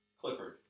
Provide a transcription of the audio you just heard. Clifford